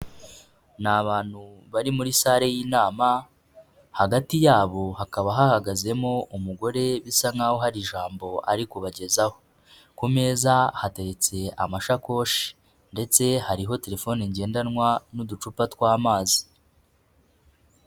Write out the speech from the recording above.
Ni abantu bari muri salle y'inama, hagati yabo hakaba hahagazemo umugore bisa nkaho hari ijambo ari kubagezaho, ku meza hateretse amashakoshi, ndetse hariho telefone ngendanwa n'uducupa tw'amazi.